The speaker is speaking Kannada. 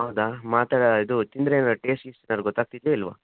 ಹೌದಾ ಮಾತಾ ಇದು ತಿಂದರೆ ಟೇಸ್ಟ್ ಗಿಸ್ಟ್ ಏನಾದರೂ ಗೊತ್ತಾಗ್ತಿದೆಯಾ ಇಲ್ಲವಾ